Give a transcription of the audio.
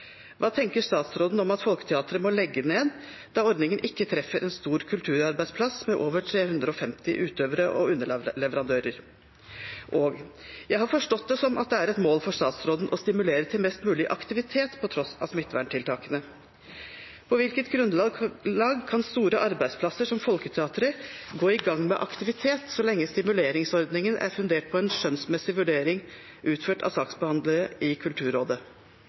Hva tenker statsråden om at Folketeateret må legge ned, da ordningen ikke treffer en stor kulturarbeidsplass for over 350 utøvere og underleverandører? Jeg har forstått det slik at det er et mål for statsråden å stimulere til mest mulig aktivitet på tross av smitteverntiltakene. På hvilket grunnlag kan store arbeidsplasser som Folketeateret gå i gang med aktivitet så lenge stimuleringsordningen er fundert på en skjønnsmessig vurdering utført av saksbehandlere i Kulturrådet?